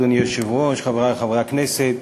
אדוני היושב-ראש, תודה, חברי חברי הכנסת,